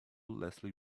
leslie